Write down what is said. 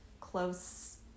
close